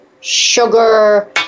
sugar